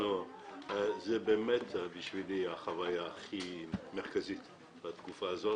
חוויה הכי מרכזית בתקופה הזאת,